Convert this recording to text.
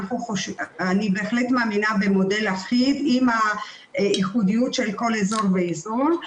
אני בהחלט מאמינה במודל אחיד עם הייחודיות של כל אזור ואזור,